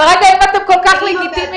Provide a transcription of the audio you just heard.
אם אתם כל כך לגיטימיים,